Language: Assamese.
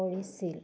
কৰিছিল